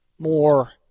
more